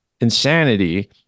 insanity